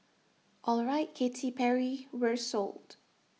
alright Katy Perry we're sold